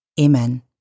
Amen